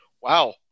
wow